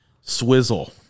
Swizzle